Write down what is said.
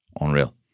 Unreal